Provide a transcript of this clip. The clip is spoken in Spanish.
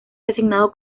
designado